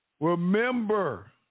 Remember